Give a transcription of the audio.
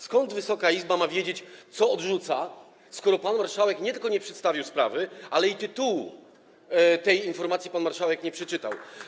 Skąd Wysoka Izba ma wiedzieć, co odrzuca, skoro pan marszałek nie tylko nie przedstawił sprawy, ale i tytułu tej informacji pan marszałek nie przeczytał?